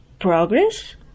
progress